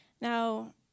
Now